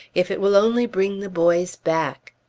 if it will only bring the boys back!